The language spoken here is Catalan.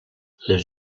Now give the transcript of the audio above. les